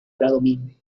bradomín